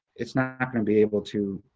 it's not not gonna be able to,